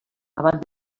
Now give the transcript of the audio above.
abans